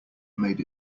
made